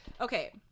Okay